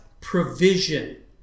provision